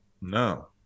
No